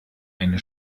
eine